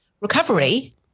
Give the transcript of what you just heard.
Recovery